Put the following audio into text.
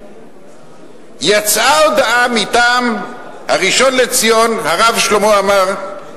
יצאה הודעה מטעם הראשון לציון, הרב שלמה עמאר,